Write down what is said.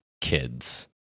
kids